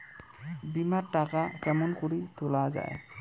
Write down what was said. বিমা এর টাকা কেমন করি তুলা য়ায়?